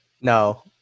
No